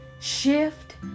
Shift